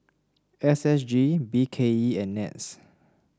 S S G B K E and NETS